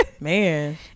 Man